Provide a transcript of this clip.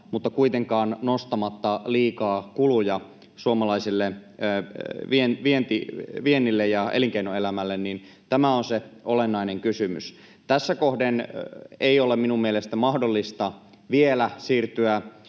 mutta kuitenkaan nostamatta liikaa kuluja suomalaiselle viennille ja elinkeinoelämälle, on se olennainen kysymys. Tässä kohden ei ole minun mielestäni mahdollista vielä siirtyä